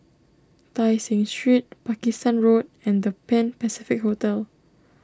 Tai Seng Street Pakistan Road and the Pan Pacific Hotel